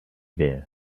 there